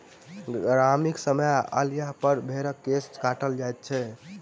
गर्मीक समय अयलापर भेंड़क केश काटल जाइत छै